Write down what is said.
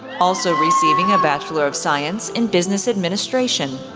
also receiving a bachelor of science in business administration.